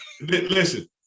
listen